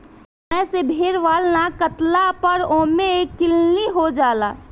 समय से भेड़ बाल ना काटला पर ओमे किलनी हो जाला